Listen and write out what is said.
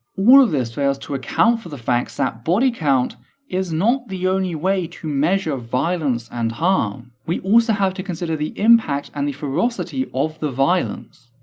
all of this fails to account for the fact that body count is not the only way to measure violence and harm. we also have to consider the impact and the ferocity of the violence.